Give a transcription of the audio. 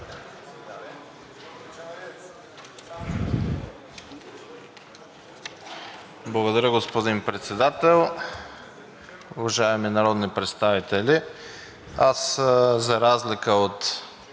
Благодаря, господин Председател. Уважаеми народни представители! Аз, за разлика от